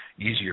easier